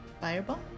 Fireball